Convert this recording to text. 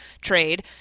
trade